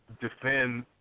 defend